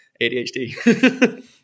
adhd